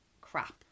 crap